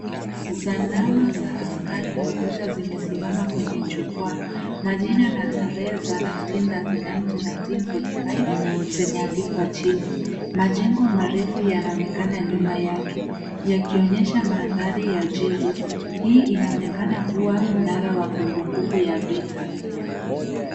Sanamu za askari wa vita zimesimama kwenye jukwaa. Majira na tarehe za nineteen thirty nine to nineteen forty five zimeandikwa chini. Majengo marefu yanaonekana nyuma yake yakionyesha mandhari ya jiji. Hii inaonekana kuwa mnara wa kumbukumbu ya vita.